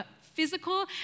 physical